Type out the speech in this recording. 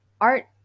art